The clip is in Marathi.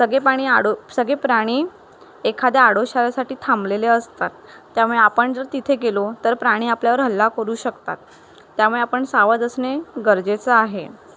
सगळे पाणी आडो सगळे प्राणी एखाद्या आडोशासाठी थांबलेले असतात त्यामुळे आपण जर तिथे गेलो तर प्राणी आपल्यावर हल्ला करू शकतात त्यामुळे आपण सावध असणे गरजेचं आहे